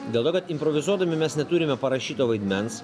dėl to kad improvizuodami mes neturime parašyto vaidmens